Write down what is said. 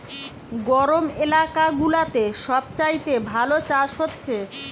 গরম এলাকা গুলাতে সব চাইতে ভালো চাষ হচ্ছে